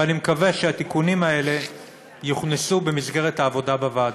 ואני מקווה שהתיקונים האלה יוכנסו במסגרת העבודה בוועדה.